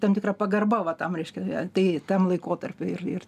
tam tikra pagarba va tam reiškia tai tam laikotarpiui ir ir